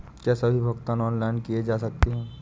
क्या सभी भुगतान ऑनलाइन किए जा सकते हैं?